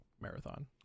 Marathon